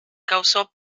causó